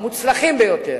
המוצלחים ביותר,